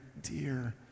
dear